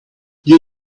you